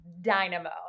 dynamo